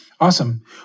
Awesome